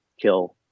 kill